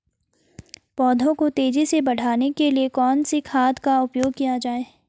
पौधों को तेजी से बढ़ाने के लिए कौन से खाद का उपयोग किया जाए?